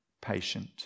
patient